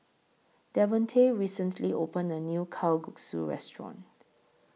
Devontae recently opened A New Kalguksu Restaurant